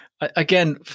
again